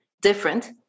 Different